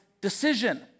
decision